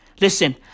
listen